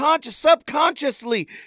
subconsciously